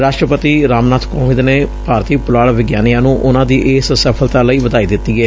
ਰਾਸੱਟਰਪਤੀ ਰਾਮਨਾਬ ਕੋਵਿੰਦ ਨੇ ਭਾਰਤੀ ਪੁਲਾਤ ਵਿਗਿਆਨੀਆਂ ਨੂੰ ਉਨ੍ਹਾਂ ਦੀ ਇਸ ਸਫ਼ਲਤਾ ਲਈ ਵਧਾਈ ਦਿੱਤੀ ਏ